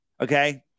okay